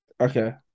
okay